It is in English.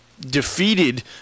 Defeated